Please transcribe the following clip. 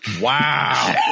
Wow